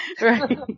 right